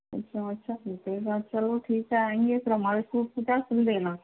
अच्छा अच्छा ठीक है आज चलो ठीक है चलो आयेंगे तो हमारे क्या सिल देना